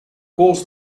caused